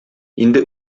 инде